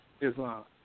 Islam